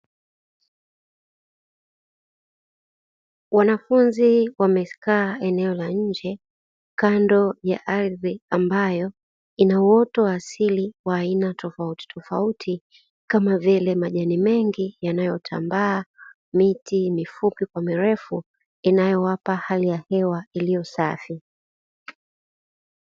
Wanafunzi wamekaa eneo la nje kando ya ardhi ambayo ina uoto wa asili wa aina tofautitofauti kama vile majani mengi yanayotambaa, miti mifupi kwa mirefu inayowapa hali ya hewa iliyo safi.